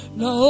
no